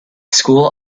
school